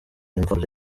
imvano